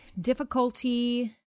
difficulty